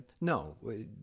No